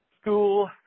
school